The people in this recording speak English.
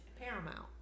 paramount